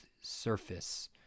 surface